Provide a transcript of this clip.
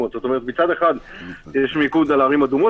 ובסוף יש התקהלויות ליד מקומות.